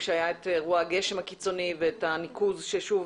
עת היה אירוע הגשם הקיצוני והניקוז ששוב